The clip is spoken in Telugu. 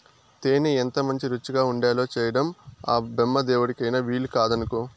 తేనె ఎంతమంచి రుచిగా ఉండేలా చేయడం ఆ బెమ్మదేవుడికైన వీలుకాదనుకో